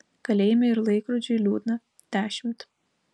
kalėjime ir laikrodžiui liūdna dešimt